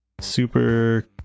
Super